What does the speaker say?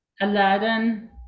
Aladdin